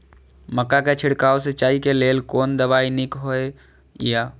मक्का के छिड़काव सिंचाई के लेल कोन दवाई नीक होय इय?